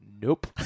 Nope